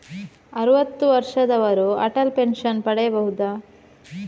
ಅರುವತ್ತು ವರ್ಷದವರು ಅಟಲ್ ಪೆನ್ಷನ್ ಪಡೆಯಬಹುದ?